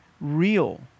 real